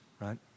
right